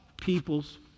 people's